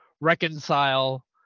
reconcile